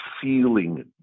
feeling